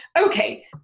okay